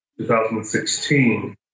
2016